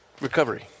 recovery